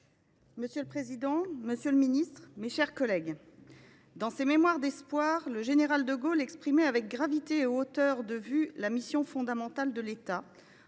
Monsieur le président, monsieur le ministre, mes chers collègues, dans ses, le général de Gaulle exprimait, avec gravité et hauteur de vue, la mission fondamentale de l’État